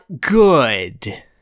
good